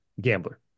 gambler